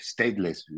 stateless